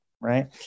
right